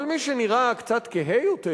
אבל מי שנראה קצת כהה יותר,